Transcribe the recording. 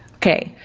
okay,